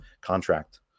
contract